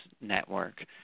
network